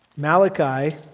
Malachi